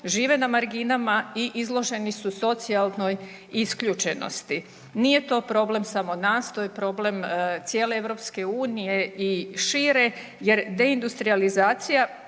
žive na marginama i izloženi su socijalnoj isključenosti. Nije to problem samo nas to je problem cijele EU i šire jer deindustrijalizacija